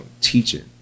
teaching